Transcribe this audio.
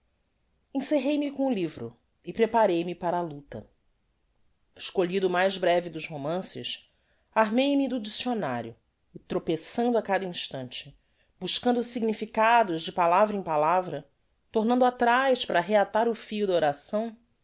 diversão encerrei me com o livro e preparei me para a lucta escolhido o mais breve dos romances armei me do diccionario e tropeçando á cada instante buscando significados de palavra em palavra tornando atraz para reatar o fio da oração